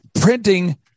printing